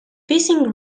fishing